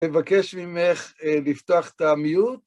מבקש ממך לפתוח את המיוט.